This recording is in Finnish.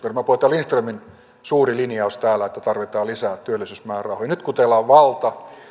lindströmin suuri linjaus täällä että tarvitaan lisää työllisyysmäärärahoja nyt kun teillä on valta